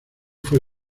fue